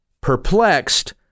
perplexed